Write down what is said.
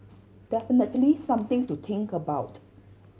definitely something to think about